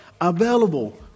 available